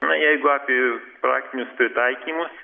na jeigu apie praktinius pritaikymus